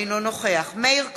אינו נוכח מאיר כהן,